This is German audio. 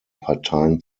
parteien